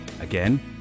Again